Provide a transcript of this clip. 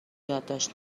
یادداشت